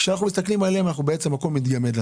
כשאנחנו מסתכלים עליהם הכול מתגמד.